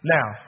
Now